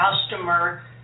customer